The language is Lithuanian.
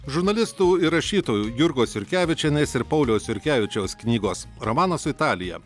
žurnalistų ir rašytojų jurgos jurkevičienės ir pauliaus jurkevičiaus knygos romanas su italija